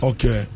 Okay